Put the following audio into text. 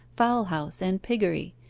fowl-house, and piggery,